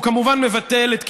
הוא כמובן מבטל את קיומה,